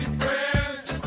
friends